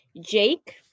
Jake